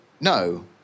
No